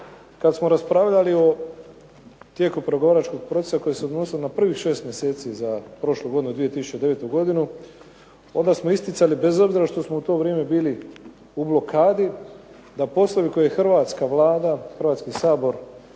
Kad smo raspravljali o tijeku pregovaračkog procesa koji se odnosio na prvih 6 mj. za prošlu godinu, 2009. godinu, onda smo isticali bez obzira što smo u to vrijeme bili u blokadi, da poslovi koje Hrvatska vlada, Hrvatski sabor